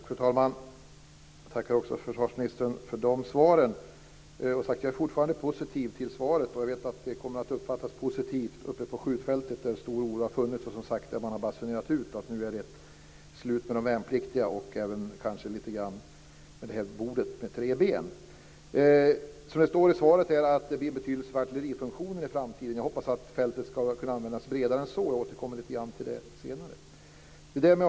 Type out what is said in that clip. Fru talman! Jag tackar försvarsministern också för de svaren. Jag är fortfarande positiv till svaret och vet att det kommer att uppfattas positivt på skjutfältet. Där har stor oro funnits och man har basunerat ut att det nu är slut med de värnpliktiga och även kanske med bordet på tre ben. Det står i svaret att fältet får betydelse för artillerifunktionen i framtiden. Jag hoppas att fältet ska kunna användas bredare än så och återkommer lite grann till det senare.